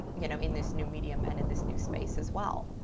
you know, in this new medium and in this new space as well.